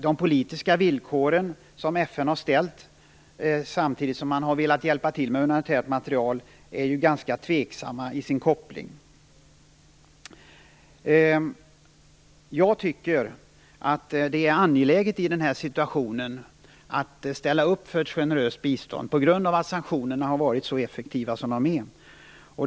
De politiska villkor som FN har ställt samtidigt som man har velat hjälpa till med humanitärt material är tveksamma i sin koppling. Jag tycker att det i den här situationen är angeläget att ställa upp för ett generöst bistånd på grund av att sanktionerna har varit så effektiva.